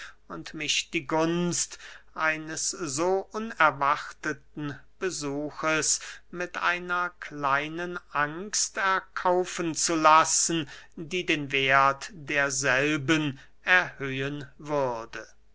und mich die gunst eines so unerwarteten besuchs mit einer kleinen angst erkaufen zu lassen die den werth derselben erhöhen würde